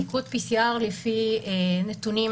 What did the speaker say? בדיקות PCR לפי נתונים,